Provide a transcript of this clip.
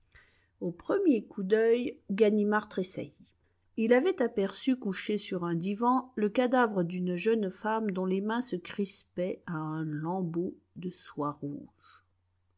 au premier coup d'œil ganimard tressaillit il avait aperçu couché sur un divan le cadavre d'une jeune femme dont les mains se crispaient à un lambeau de soie rouge